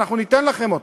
אנחנו ניתן לכם אותו.